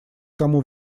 тому